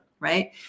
right